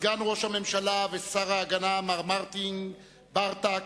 סגן ראש הממשלה ושר ההגנה, מר מרטין ברטק,